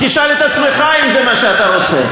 תשאל את עצמך אם זה מה שאתה רוצה.